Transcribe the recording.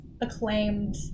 acclaimed